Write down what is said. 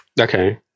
Okay